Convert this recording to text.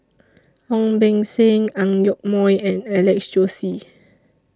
Ong Beng Seng Ang Yoke Mooi and Alex Josey